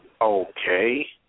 Okay